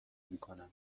میکنم